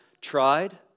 tried